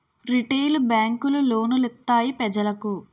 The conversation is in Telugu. రిటైలు బేంకులు లోను లిత్తాయి పెజలకు